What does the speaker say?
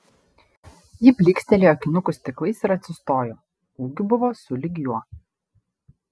ji blykstelėjo akinukų stiklais ir atsistojo ūgiu buvo sulig juo